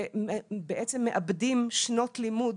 ובעצם מאבדים שנות לימוד,